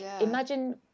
imagine